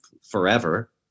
forever